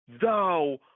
Thou